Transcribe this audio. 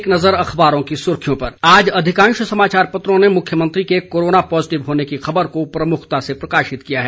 एक नज़र अखबारों की सुर्खियों पर आज अधिकांश समाचार पत्रों ने मुख्यमंत्री के कोरोना पॉजिटिव होने की खबर को प्रमुखता से प्रकाशित किया है